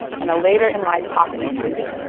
and a later in life hop in the pool.